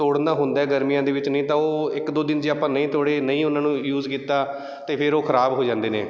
ਤੋੜਨਾ ਹੁੰਦਾ ਗਰਮੀਆਂ ਦੇ ਵਿੱਚ ਨਹੀਂ ਤਾਂ ਉਹ ਇੱਕ ਦੋ ਦਿਨ ਜੇ ਆਪਾਂ ਨਹੀਂ ਤੋੜੇ ਨਹੀਂ ਉਹਨਾਂ ਨੂੰ ਯੂਜ਼ ਕੀਤਾ ਅਤੇ ਫਿਰ ਉਹ ਖਰਾਬ ਹੋ ਜਾਂਦੇ ਨੇ